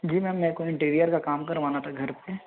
जी ma'am मेरे को interior का काम करवाना था घर पर